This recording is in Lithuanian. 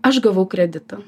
aš gavau kreditą